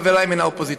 חבריי מן האופוזיציה.